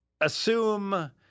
assume